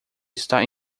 está